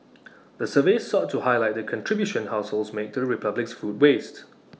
the survey sought to highlight the contribution households make to the republic's food waste